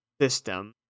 system